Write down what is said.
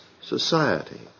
society